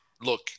look